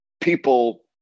people